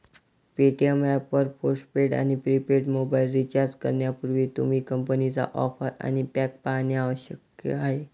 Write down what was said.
Paytm app वर postpaid आणि prepaid mobile recharge करण्यापूर्वी, तुम्ही कंपनीच्या ऑफर आणि पॅक पाहणे आवश्यक आहे